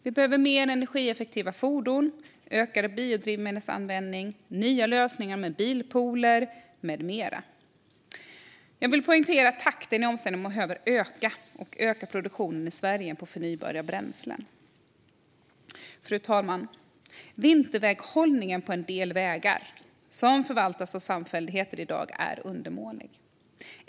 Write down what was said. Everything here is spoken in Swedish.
Vi behöver mer energieffektiva fordon, ökad biodrivmedelsanvändning, nya lösningar med bilpooler med mera. Jag vill poängtera att vi behöver öka takten på omställningen och på produktionen i Sverige av förnybara bränslen. Fru talman! Vinterväghållningen på en del vägar som förvaltas av samfälligheter är i dag undermålig.